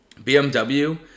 BMW